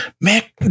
Mac